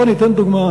אתן דוגמה.